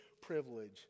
privilege